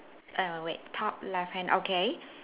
err wait wait top left hand okay